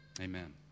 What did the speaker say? amen